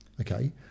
Okay